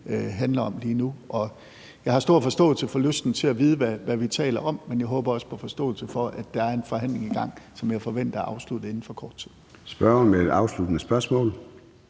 handler om lige nu. Jeg har stor forståelse for lysten til at vide, hvad vi taler om, men jeg håber også på forståelse for, at der er en forhandling i gang, som jeg forventer er afsluttet inden for kort tid. Kl. 13:11 Formanden (Søren